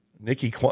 Nikki